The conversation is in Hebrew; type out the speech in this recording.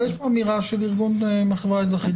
אבל יש כאן אמירה של ארגון מהחברה האזרחית,